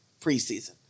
preseason